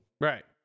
Right